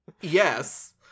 yes